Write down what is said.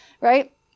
right